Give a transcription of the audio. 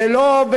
ולא,